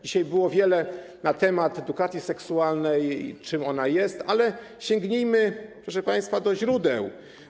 Dzisiaj było powiedziane wiele na temat edukacji seksualnej, czym ona jest, ale sięgnijmy, proszę państwa, do źródeł.